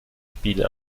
spiel